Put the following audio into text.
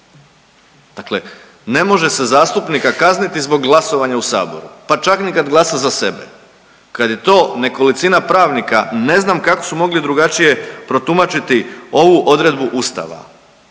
Dakle ne može se zastupnika kazniti zbog glasovanja u Saboru pa čak ni kad glasa za sebe, kad je to nekolicina pravnika, ne znam kako su mogli drugačije protumačiti ovu odredbu Ustava.